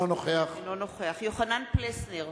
אינו נוכח יוחנן פלסנר,